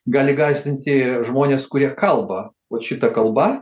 gali gąsdinti žmones kurie kalba vat šita kalba